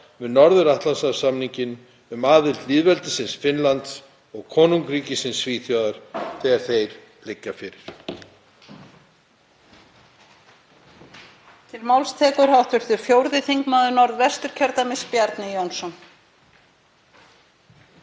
við Norður-Atlantshafssamninginn um aðild lýðveldisins Finnlands og konungsríkisins Svíþjóðar þegar þeir liggja fyrir.